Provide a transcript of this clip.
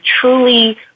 truly